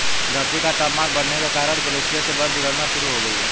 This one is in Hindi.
धरती का तापमान बढ़ने के कारण ग्लेशियर से बर्फ पिघलना शुरू हो गयी है